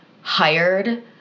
hired